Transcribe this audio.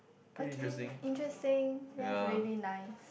okay interesting that's really nice